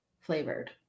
flavored